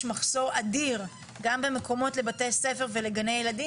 מחסור אדיר גם במקומות לבתי ספר וגני ילדים.